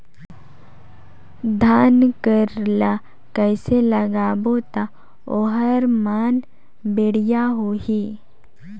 धान कर ला कइसे लगाबो ता ओहार मान बेडिया होही?